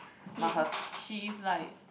but her she is like